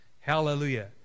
Hallelujah